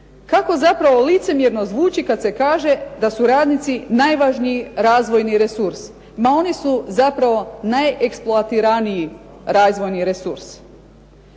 Kako zapravo licemjerno zvuči kad se kaže da su radnici najvažniji razvojni resurs. Ma oni su zapravo najeksploatiraniji razvojni resurs.